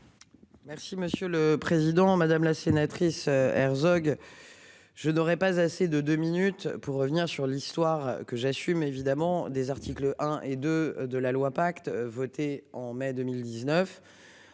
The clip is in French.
Merci monsieur le président, madame la sénatrice Herzog. Je n'aurai pas assez de deux minutes pour revenir sur l'histoire que j'assume évidemment des articles 1 et 2 de la loi pacte votée en mai 2019.